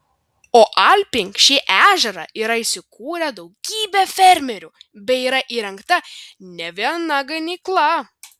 o alpink šį ežerą yra įsikūrę daugybę fermerių bei yra įrengta ne viena ganykla